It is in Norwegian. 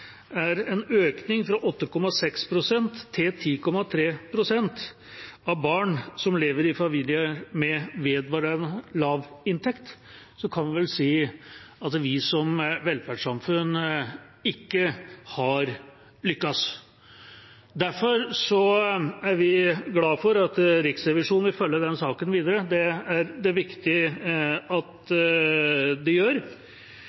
er en økning fra 8,6 pst. til 10,3 pst. av barn som lever i familier med vedvarende lav inntekt, kan vi vel si at vi som velferdssamfunn ikke har lyktes. Derfor er vi glad for at Riksrevisjonen vil følge den saken videre. Det er det viktig at de gjør. Jeg vil også understreke at det